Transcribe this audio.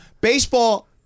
Baseball